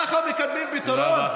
ככה מקדמים פתרון?